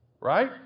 right